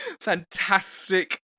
fantastic